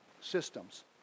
systems